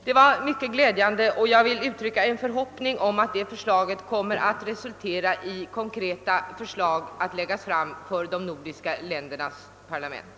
Det var mycket glädjande, och jag hoppas att det resulterar i konkreta förslag att läggas fram för de nordiska ländernas parlament.